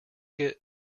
get